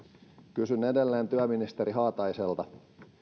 kysyn edelleen työministeri haataiselta